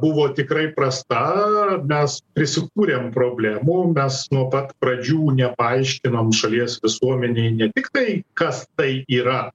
buvo tikrai prasta mes prisikūrėm problemų mes nuo pat pradžių nepaaiškinom šalies visuomenei ne tik tai kas tai yra